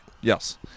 Yes